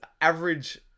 average